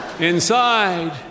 Inside